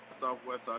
Southwest